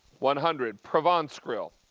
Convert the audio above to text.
one hundred. provence grill,